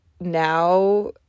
now